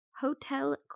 Hotel